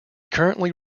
currently